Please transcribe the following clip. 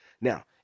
Now